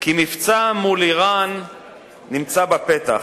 כי מבצע מול אירן נמצא בפתח.